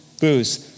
booze